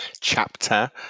chapter